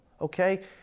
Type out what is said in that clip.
Okay